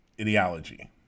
ideology